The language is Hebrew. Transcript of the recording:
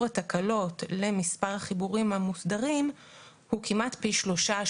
התקלות למספר החיבורים המוסדרים הוא כמעט פי שלושה,